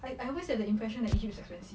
I always have the impression that egypt is expensive